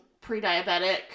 pre-diabetic